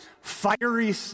fiery